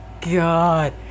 god